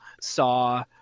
saw